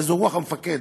וזאת רוח המפקד,